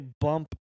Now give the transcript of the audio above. bump